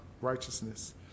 righteousness